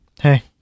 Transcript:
Hey